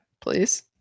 Please